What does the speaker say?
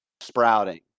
sprouting